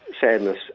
sadness